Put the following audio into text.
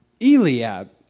Eliab